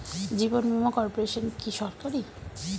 জীবন বীমা কর্পোরেশন কি সরকারি?